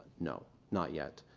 no, not yet.